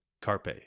Carpe